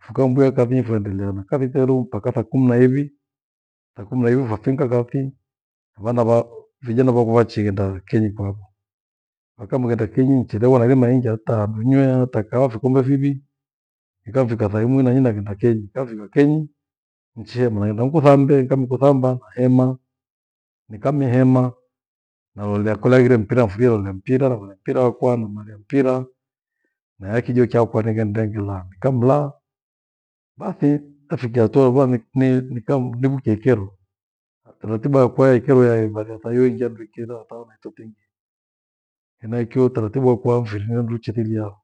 Fukamvia kathinyi fuendelea na kathi zeru mpaka thaa kumi na ivi. Thaa kumi na ivi vafinga kathi, vana va- vijana vakwa vachighenda kenyi kwavo. Wakamighenda kenyi nchire wanirimaingia ata ninye kata kahawa vikombe viwi ikafika tha imwi na inaghenda kenyi. nkafika kenyi nchihema naghenda nikuthambe, nikamikuthamba nahema, nikamihema nalolea kole haghire mpira, nifurie lolea mpira, naghorea mpira nalolea mpira wakwa namalia mpira naya kijo chakwa nighende ghelaa. Nikamlaa bathi ndefikia hataua lukua ni- ni- nika- bu nibu kei kero ratiba ya kwaya ikewea ibada thaiyiengia mrike nao utaona tutinge. hanachio utaratibu wakwa mfiri ni wandu chetilia ho.